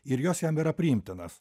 ir jos jam yra priimtinos